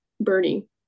Bernie